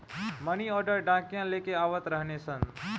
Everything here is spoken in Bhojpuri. मनी आर्डर डाकिया लेके आवत रहने सन